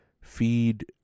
feed